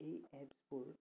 এই এপ্ছবোৰ